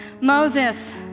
Moses